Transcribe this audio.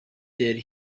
did